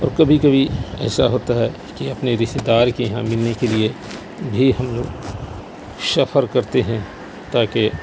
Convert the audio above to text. اور کبھی کبھی ایسا ہوتا ہے کہ اپنے رشتےدار کے یہاں ملنے کے لیے بھی ہم لوگ سفر کرتے ہیں تاکہ